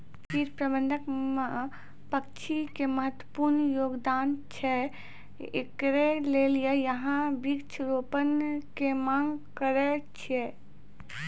कीट प्रबंधन मे पक्षी के महत्वपूर्ण योगदान छैय, इकरे लेली यहाँ वृक्ष रोपण के मांग करेय छैय?